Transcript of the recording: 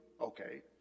Okay